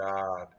God